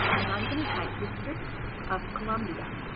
and i'm going to type district of columbia